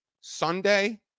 Sunday